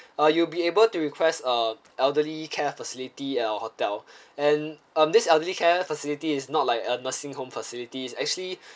uh you'll be able to request uh elderly care facility at our hotel and um this elderly care facility is not like a nursing home facilities actually